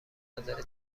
منتظر